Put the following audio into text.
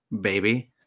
baby